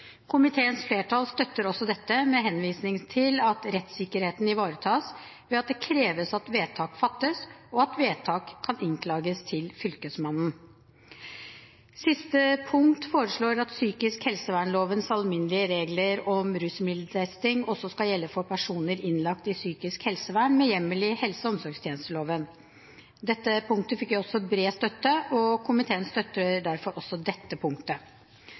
flertall støtter også dette med henvisning til at rettssikkerheten ivaretas ved at det kreves at vedtak fattes, og at vedtak kan innklages til Fylkesmannen. Siste punkt foreslår at psykisk helsevernlovens alminnelige regler om rusmiddeltesting også skal gjelde for personer innlagt i psykisk helsevern med hjemmel i helse- og omsorgstjenesteloven. Dette punktet fikk bred støtte, og komiteen støtter derfor også dette punktet.